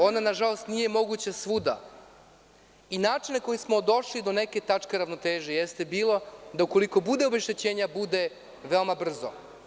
Ona, nažalost, nije moguća svuda i način na koji smo došli do neke tačke ravnoteže jeste bio da ukoliko bude obeštećenja, bude veoma brzo.